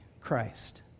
Christ